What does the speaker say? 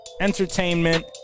Entertainment